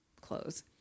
clothes